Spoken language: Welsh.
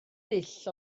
dull